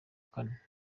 kane